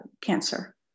cancer